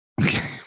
Okay